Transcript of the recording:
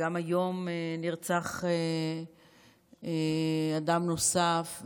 והיום נרצח אדם נוסף.